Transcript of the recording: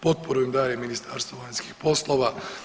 Potporu im daje Ministarstvo vanjskih poslova.